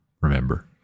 remember